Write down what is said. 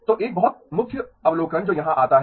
तो एक बहुत मुख्य अवलोकन जो यहां आता है